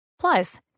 Plus